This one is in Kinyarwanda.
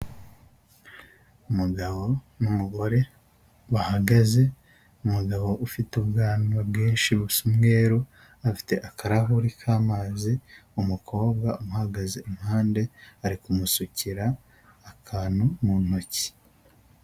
Umugabo n'umugore bahagaze, umugabo ufite ubwanwa bwinshi busa umwe afite akarahuri k'amazi, umukobwa uhagaze iruhande ari kumusukira akantu mu ntoki.